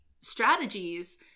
strategies